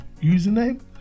username